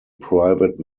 private